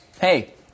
Hey